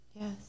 Yes